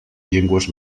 llengües